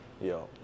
yo